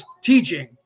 teaching